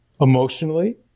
emotionally